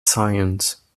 science